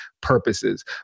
purposes